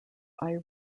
eye